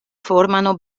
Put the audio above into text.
formano